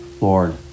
Lord